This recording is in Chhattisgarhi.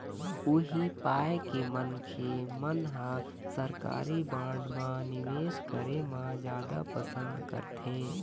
उही पाय के मनखे मन ह सरकारी बांड म निवेस करे म जादा पंसद करथे